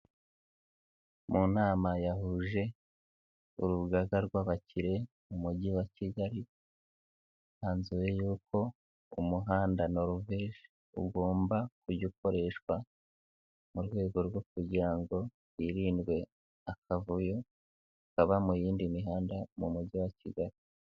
Mu nama yahuje urugaga rw'abakire mu mujyi wa Kigali, hanzuwe yuko umuhanda Noruvege ugomba kujya ukoreshwa, mu rwego rwo kugira ngo hirindwe akavuyo, kaba mu yindi mihanda, mu mujyi wa Kigali.